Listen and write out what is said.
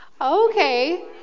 Okay